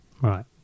Right